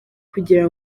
kugira